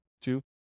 Two